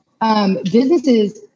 businesses